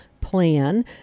plan